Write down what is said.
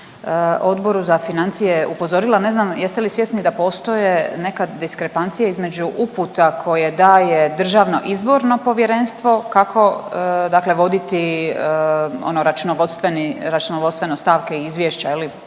Odboru za financije upozorila ne znam jeste li svjesni da postoje neka diskrepancija između uputa koje daje Državno izborno povjerenstvo, kako dakle voditi ono računovodstveni, računovodstveno stavke